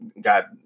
got